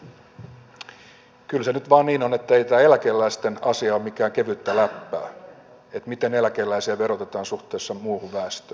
kyllä se nyt vain niin on ettei tämä eläkeläisten asia ole mitään kevyttä läppää se miten eläkeläisiä verotetaan suhteessa muuhun väestöön